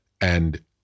And-